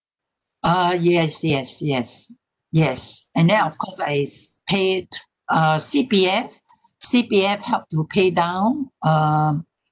ah yes yes yes yes and then of course I paid uh C_P_F C_P_F helped to pay down um